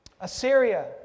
Assyria